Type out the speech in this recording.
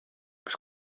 was